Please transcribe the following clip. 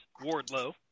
Wardlow